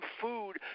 food